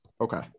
Okay